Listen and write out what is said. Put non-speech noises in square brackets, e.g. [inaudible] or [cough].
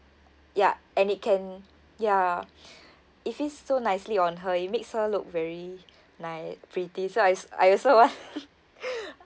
ya and it can ya [breath] it fits so nicely on her it makes her look very nic~ pretty so I I also want [laughs]